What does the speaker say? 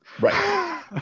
Right